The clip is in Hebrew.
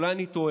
אולי אני טועה.